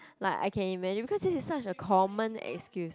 like I can imagine because this is such a common excuse